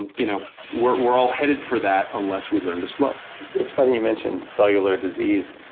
and you know we're we're all headed for that unless we learn to slow it's funny you mention cellular disease.